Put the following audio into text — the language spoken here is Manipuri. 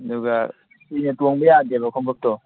ꯑꯗꯨꯒ ꯀꯨꯏꯅ ꯇꯣꯡꯕ ꯌꯥꯗꯦꯕ ꯈꯣꯡꯎꯞꯇꯣ